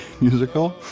musical